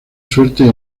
suerte